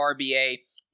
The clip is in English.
RBA